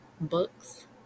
books